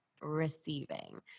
receiving